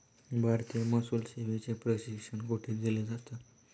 भारतीय महसूल सेवेचे प्रशिक्षण कोठे दिलं जातं?